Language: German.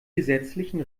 gesetzlichen